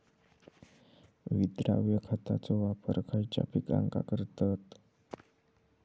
विद्राव्य खताचो वापर खयच्या पिकांका करतत?